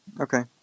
Okay